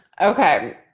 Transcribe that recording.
Okay